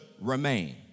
remain